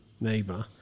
neighbor